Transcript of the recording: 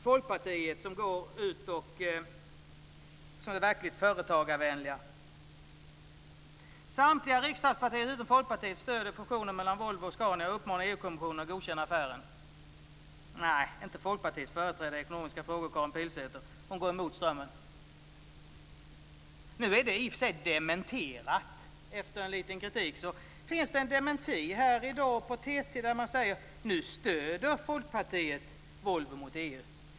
Folkpartiet är verkligt företagarvänliga. Samtliga riksdagspartier utom Folkpartiet stöder fusionen mellan Volvo och Scania och uppmanar EG kommissionen att godkänna affären. Men inte Folkpartiets företrädare i ekonomiska frågor Karin Pilsäter. Hon går emot strömmen. Nu är det i och för sig dementerat. Efter lite kritik finns det en dementi hos TT där man säger att nu stöder Folkpartiet Volvo mot EU.